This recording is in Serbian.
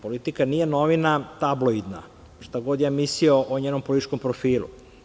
Politika“ nije tabloidna novina, šta god ja mislio o njenom političkom profilu.